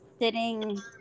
sitting